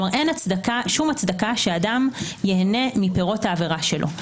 כלומר אין שום הצדקה שאדם ייהנה מפירות העבירה שלו.